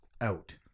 Out